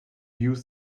use